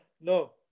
no